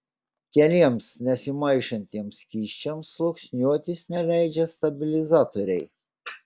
keliems nesimaišantiems skysčiams sluoksniuotis neleidžia stabilizatoriai